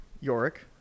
Yorick